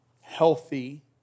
healthy